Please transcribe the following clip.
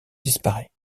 disparaît